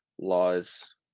laws